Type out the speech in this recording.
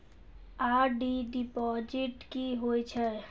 RD deposit की होय छै?